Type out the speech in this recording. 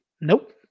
Nope